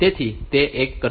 તેથી તે એ કરશે